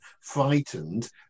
frightened